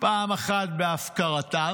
פעם אחת בהפקרתם,